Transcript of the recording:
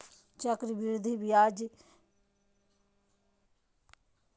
चक्रविधि ब्याज के आधार पर भविष्य मूल्य निर्धारित करल जा हय